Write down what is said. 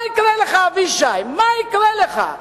מה יקרה לך, אבישי, מה יקרה לך?